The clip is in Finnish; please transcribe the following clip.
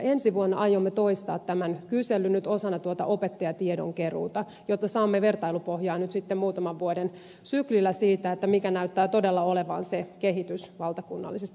ensi vuonna aiomme toistaa tämän kyselyn osana tuota opettajatiedon keruuta jotta saamme vertailupohjaa sitten muutaman vuoden syklillä siitä mikä näyttää todella olevan se kehitys valtakunnallisesti